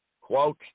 quote